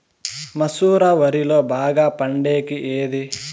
మసూర వరిలో బాగా పండేకి ఏది?